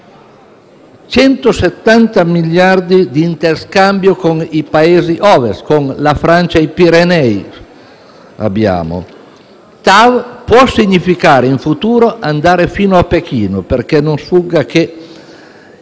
170 miliardi di interscambio con i Paesi Ovest, con la Francia e i Pirenei. TAV può significare, in futuro, andare fino a Pechino: non deve sfuggire che